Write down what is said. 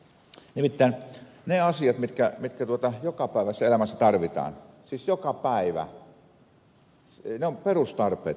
nimittäin ne asiat joita jokapäiväisessä elämässä tarvitaan siis joka päivä ovat perustarpeita